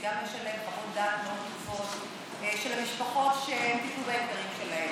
שגם יש עליהם חוות דעת מאוד טובות של המשפחות שהם טיפלו ביקרים שלהם.